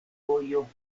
vojo